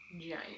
giant